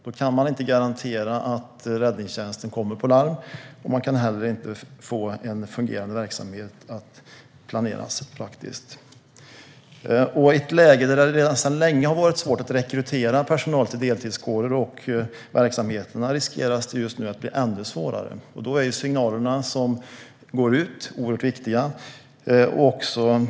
Då kan man inte garantera att räddningstjänsten kommer på larm, och man kan heller inte planera en fungerande verksamhet. I ett läge där det sedan länge redan är svårt att rekrytera personal till deltidskårer och verksamheter riskerar det nu att bli ännu svårare. Då är de signaler som går ut oerhört viktiga.